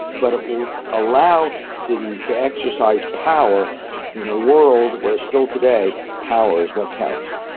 but it will allow cities to exercise power in a world where still today power is what counts.